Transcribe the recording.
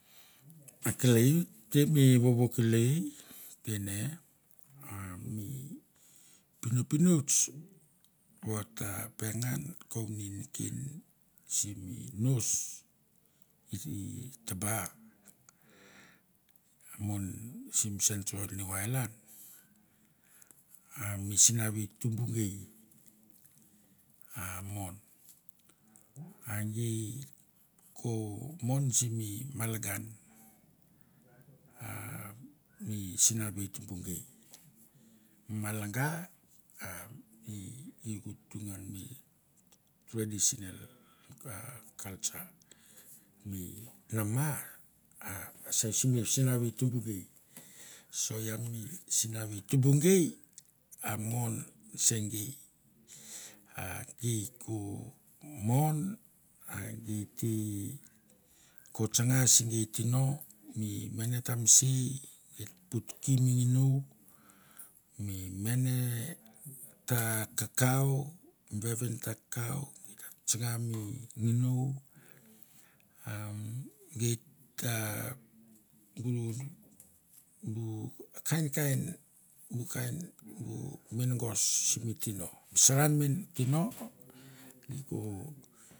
Akelei te mi vovo kelei te ne, a mi pinopinots ota pengan kouni neken simi nos i tabar on sentral niu ailan. A mi sinavei tumbu gei a mon a gi ko mon simi malagan a mi sinavi tumbu gei. Malanga a mi gi ko tu ngan mi traditional culture, mi namar sait simbu sinavi tumbu gei, so ian mi sinavi tumbu gei a mon se gei a gei ko mon a gei te ko tsanga simi tino, mi mene ta mesai, at putki mi nginou, mi mene ta kakau, vevin ta kakau gi ta tsanga mi nginou, a gei t pulul bu kain kain bu kain bu mingos simi tino, sa ian tino.